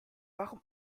warum